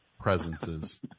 presences